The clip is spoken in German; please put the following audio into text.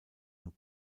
und